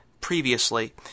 previously